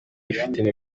ifite